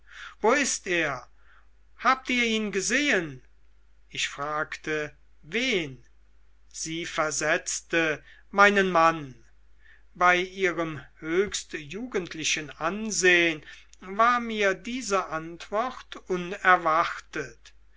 wo ist er habt ihr ihn gesehen ich fragte wen sie versetzte meinen mann bei ihrem höchst jugendlichen ansehen war mir diese antwort unerwartet